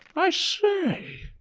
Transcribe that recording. i say!